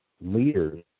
leaders